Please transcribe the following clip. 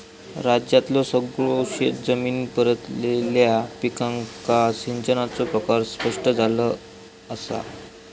राज्यातल्यो सगळयो शेतजमिनी पेरलेल्या पिकांका सिंचनाचो प्रकार स्पष्ट झाला असा